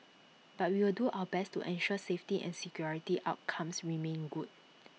but we will do our best to ensure safety and security outcomes remain good